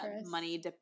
money